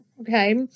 okay